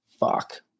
fuck